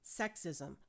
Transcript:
sexism